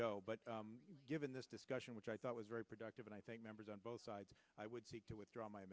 go but given this discussion which i thought was very productive and i think members on both sides i would seek to withdraw my